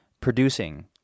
producing